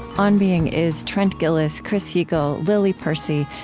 on being is trent gilliss, chris heagle, lily percy,